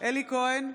אלי כהן,